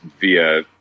via